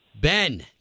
Ben